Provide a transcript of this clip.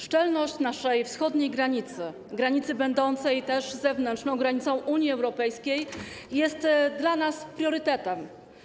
Szczelność naszej wschodniej granicy, granicy będącej też zewnętrzną granicą Unii Europejskiej, jest dla nas priorytetem.